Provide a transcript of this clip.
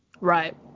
Right